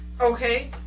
Okay